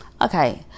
Okay